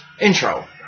intro